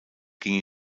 ging